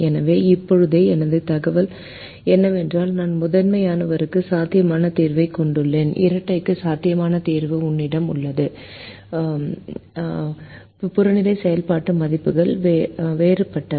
எனவே இப்போதே எனது தகவல் என்னவென்றால் நான் முதன்மையானவருக்கு சாத்தியமான தீர்வைக் கொண்டுள்ளேன் இரட்டைக்கு சாத்தியமான தீர்வு என்னிடம் உள்ளது புறநிலை செயல்பாடு மதிப்புகள் வேறுபட்டவை